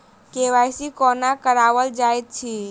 KYC कोना कराओल जाइत अछि?